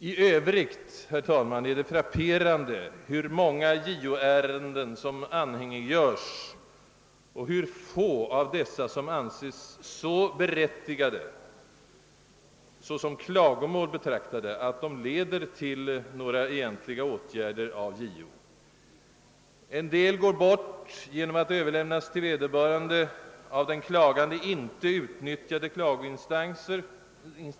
I övrigt, herr talman, är det frapperande hur många JO-ärenden som anhängiggörs och hur få av dessa som anses så berättigade såsom klagomål betraktade att de leder till egentliga åtgärder av JO. En del går bort genom att de överlämnas till vederbörande, av den klagande inte utnyttjade klagoinstansen.